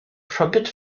trumpets